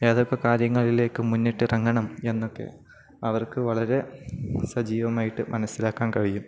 ഏതൊക്കെ കാര്യങ്ങളിലേക്കു മുന്നിട്ടിറങ്ങണം എന്നൊക്കെ അവർക്കു വളരെ സജീവമായിട്ടു മനസ്സിലാക്കാൻ കഴിയും